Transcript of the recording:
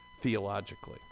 theologically